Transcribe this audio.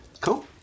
Cool